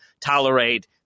tolerate